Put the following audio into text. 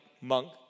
monk